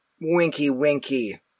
winky-winky